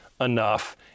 enough